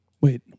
Wait